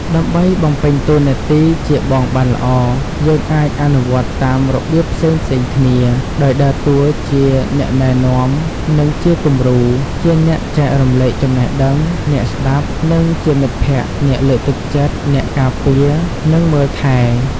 ដើម្បីបំពេញតួនាទីជាបងបានល្អ យើងអាចអនុវត្តតាមរបៀបផ្សេងៗគ្នា ដោយដើរតួជា អ្នកណែនាំ និងជាគំរូ ជាអ្នកចែករំលែកចំណេះដឹង អ្នកស្តាប់ និងជាមិត្តភក្តិ អ្នកលើកទឹកចិត្ត អ្នកការពារ និងមើលថែ។